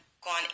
gone